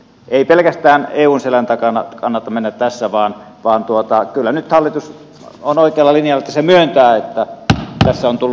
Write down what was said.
ei pelkästään eun selän taakse kannata mennä tässä vaan kyllä nyt hallitus on oikealla linjalla että se myöntää että tässä on tullut pieni virhe